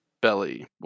belly